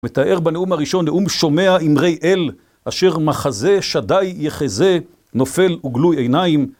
מתאר בנאום הראשון נאום שומע אמרי אל, אשר מחזה שדי יחזה, נופל וגלוי עיניים